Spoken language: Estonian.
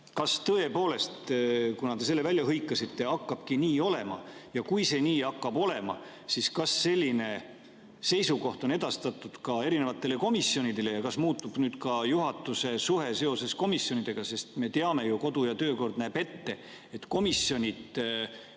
Kas tõepoolest, kuna te selle välja hõikasite, hakkabki nii olema? Ja kui see nii hakkab olema, siis kas selline seisukoht on edastatud ka komisjonidele? Ja kas muutub nüüd ka juhatuse suhe komisjonidega? Sest me teame ju, kodu- ja töökord näeb ette, et komisjonid